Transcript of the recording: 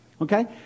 okay